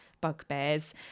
bugbears